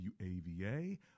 WAVA